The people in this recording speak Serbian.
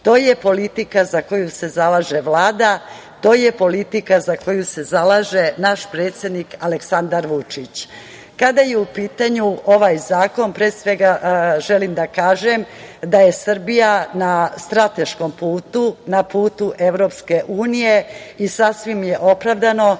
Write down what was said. je politika za koju se zalaže Vlada. To je politika za koju se zalaže naš predsednik Aleksandar Vučić. Kada je u pitanju ovaj zakon, pre svega, želim da kažem da je Srbija na strateškom putu, na putu EU i sasvim je opravdano